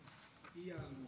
שנייה.